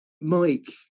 Mike